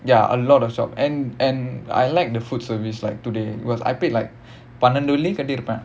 ya a lot of shop and and I like the food service like today it was I paid like பன்னண்டு வெள்ளி கட்டி இருப்பேன்:panandu velli katti iruppaen